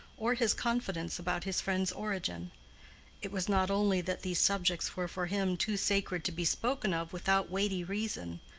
or his confidence about his friend's origin it was not only that these subjects were for him too sacred to be spoken of without weighty reason,